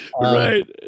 right